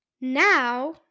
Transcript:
now